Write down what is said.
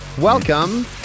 Welcome